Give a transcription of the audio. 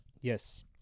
Yes